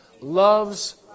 loves